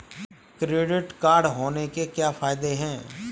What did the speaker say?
Credit card होने के क्या फायदे हैं?